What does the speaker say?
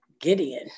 Gideon